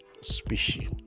species